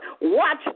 watch